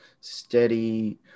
steady